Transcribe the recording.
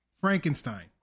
Frankenstein